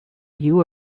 you